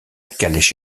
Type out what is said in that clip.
calèche